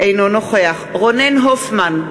אינו נוכח רונן הופמן,